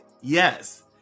Yes